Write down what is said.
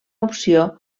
opció